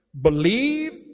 believe